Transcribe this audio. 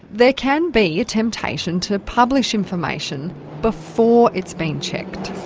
there can be a temptation to publish information before it's been checked.